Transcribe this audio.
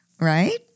right